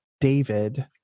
David